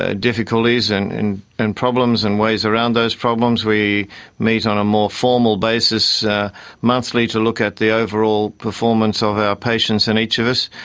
ah difficulties and and and problems and ways around those problems. we meet on a more formal basis monthly to look at the overall performance of our patients and each of us,